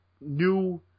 new